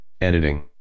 editing